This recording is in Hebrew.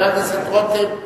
חבר הכנסת רותם,